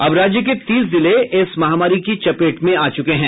अब राज्य के तीस जिले इस महामारी की चपेट में आ गये हैं